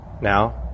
Now